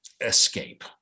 escape